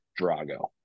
Drago